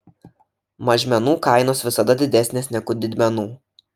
mažmenų kainos visada didesnės negu didmenų